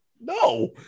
no